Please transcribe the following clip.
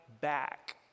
back